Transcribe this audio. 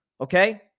Okay